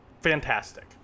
fantastic